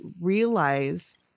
realize